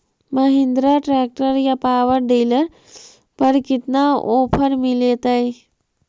Mahindra tractor या power dealer पर कितना ओफर मीलेतय?